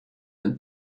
and